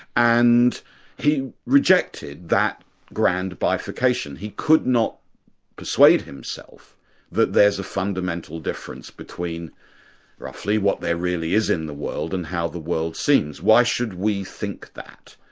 and he rejected that grand bifurcation. he could not persuade himself that there's a fundamental difference between roughly what there really is in the world, and how the world seems why should we think that?